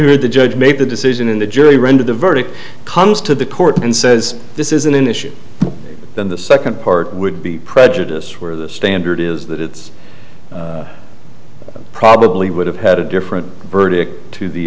read the judge made the decision in the jury rendered the verdict comes to the court and says this is an issue then the second part would be prejudice where the standard is that it's probably would have had a different verdict to the